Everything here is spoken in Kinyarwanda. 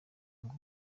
ngo